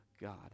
God